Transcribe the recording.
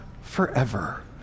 forever